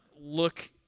look